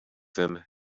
him